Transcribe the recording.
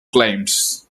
claims